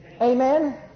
Amen